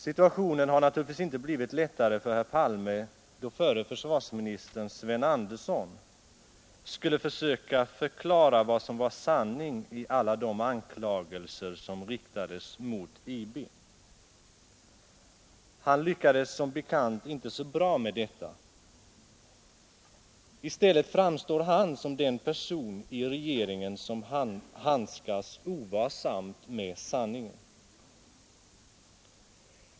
Situationen blev naturligtvis inte lättare för herr Palme då förre försvarsministern Sven Andersson skulle försöka förklara vad som var sanning i alla de anklagelser som riktades mot IB. Han lyckades som bekant inte så bra med detta. I stället framstår han som den person i regeringen som handskas ovarsamt med sanningen.